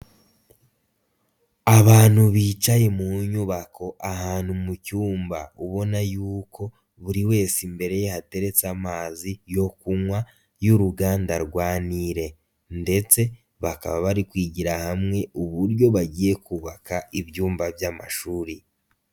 Abantu bicaye mu nyubako ahantu mu cyumba ubona yuko buri wese imbere ye hateretse amazi yo kunywa y'uruganda rwa Nile. Ndetse bakaba bari kwigira hamwe uburyo bagiye kubaka ibyumba by'amashuri.